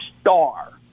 star